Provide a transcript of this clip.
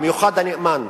במיוחד הנאמן.